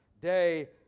day